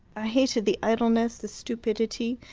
i hated the idleness, the stupidity,